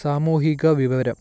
സാമൂഹിക വിവരം